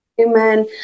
Amen